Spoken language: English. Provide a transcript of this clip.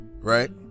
right